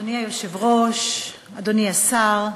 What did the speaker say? אדוני היושב-ראש, אדוני השר,